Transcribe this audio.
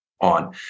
on